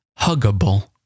huggable